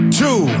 two